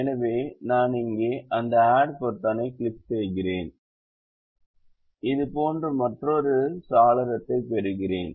எனவே நான் இங்கே அந்த ஆட் பொத்தானைக் கிளிக் செய்கிறேன் இது போன்ற மற்றொரு சாளரத்தைப் பெறுகிறேன்